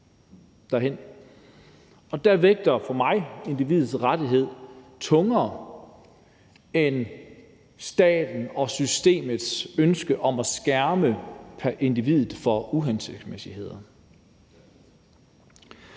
der vejer individets rettigheder for mig tungere end staten og systemets ønske om at skærme individet for uhensigtsmæssigheder.